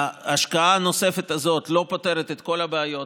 ההשקעה הנוספת הזאת לא פותרת את כל הבעיות,